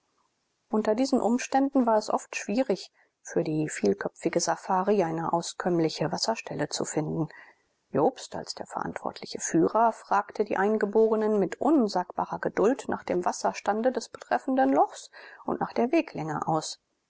unter diesen umständen war es oft schwierig für die vielköpfige safari eine auskömmliche wasserstelle zu finden jobst als der verantwortliche führer fragte die eingeborenen mit unsagbarer geduld nach dem wasserstande des betreffenden lochs und nach der weglänge aus